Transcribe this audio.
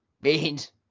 Beans